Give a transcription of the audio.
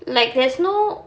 like there's no